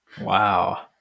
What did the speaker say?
Wow